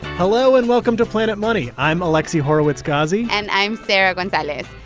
hello, and welcome to planet money. i'm alexi horowitz-ghazi and i'm sarah gonzalez.